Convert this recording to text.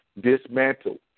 dismantle